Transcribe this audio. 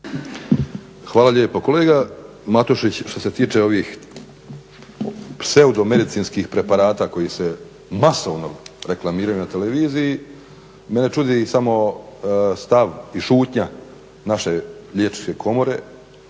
Hvala lijepo. Kolega Matušić, što se tiče ovih pseudo medicinskih preparata koji se masovno reklamiraju na televiziji mene čudi samo stav i šutnja naše Liječničke komore,